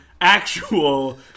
actual